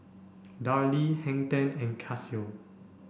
Darlie Hang Ten and Casio